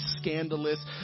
scandalous